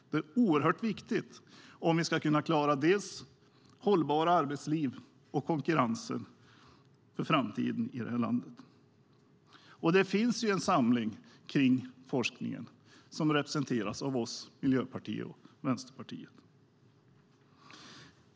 Det är oerhört viktigt om vi ska kunna klara dels hållbara arbetsliv, dels konkurrensen för framtiden i det här landet. Det finns ju en samling kring forskningen som representeras av oss socialdemokrater, Miljöpartiet och Vänsterpartiet.